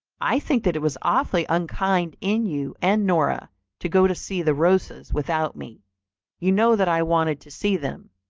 i think that it was awfully unkind in you and nora to go to see the rosas without me you know that i wanted to see them,